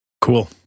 Cool